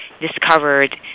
discovered